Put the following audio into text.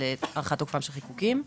על הארכת תוקפם של חיקוקים.